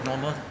normal